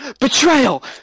Betrayal